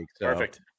Perfect